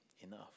enough